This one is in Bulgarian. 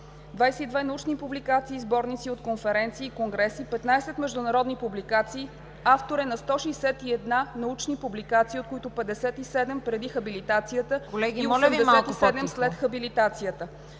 22 научни публикации в сборници от конференции, конгреси, 15 международни публикации, автор е на 161 научни публикации, от които 57 преди хабилитацията и 87 след хабилитацията.